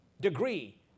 degree